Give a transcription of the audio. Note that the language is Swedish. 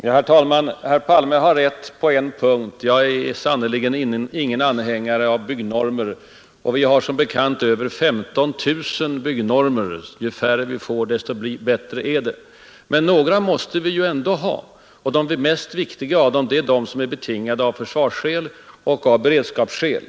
Herr talman! Herr Palme har rätt på en punkt: Jag är sannerligen ingen anhängare av byggnormer, och vi har som bekant över 15 000 sidor byggnormer. Ju färre vi får, desto bättre är det. Men några måste vi ju ändå ha, och till de viktigaste hör de som är betingade av försvarsoch beredskapsskäl.